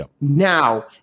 now